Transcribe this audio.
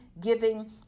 giving